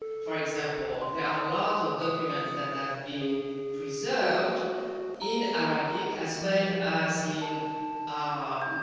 for example, there are a lot of documents that have been preserved in arabic as well as in ah